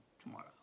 tomorrow